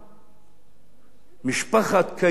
משפחת כיוף מעוספיא,